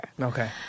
Okay